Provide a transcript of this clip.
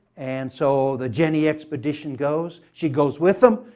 and so the jenny expedition goes. she goes with them.